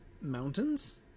mountains